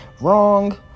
Wrong